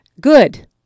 Good